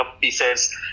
pieces